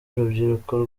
urubyiruko